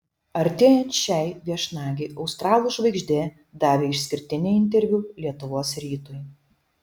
artėjant šiai viešnagei australų žvaigždė davė išskirtinį interviu lietuvos rytui